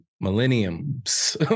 millenniums